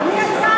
אדוני השר,